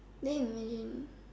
then imagine